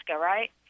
right